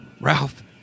Ralph